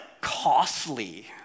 costly